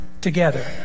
together